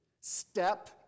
step